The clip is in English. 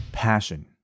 passion